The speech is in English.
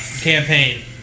campaign